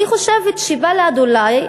אני חושבת שבל"ד אולי,